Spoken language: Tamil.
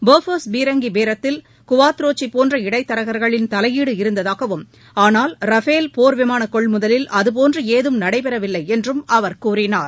போபர்ஸ் பீரங்கி பேரத்தில் குவாத்ரோச்சி போன்ற இடைத்தரகர்களின் தலையீடு இருந்ததாகவும் ஆளால் ரஃபேல் போர்விமான கொள்முதலில் அதுபோன்று ஏதும் நடைபெறவில்லை என்றும் அவர் கூறினார்